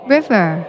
River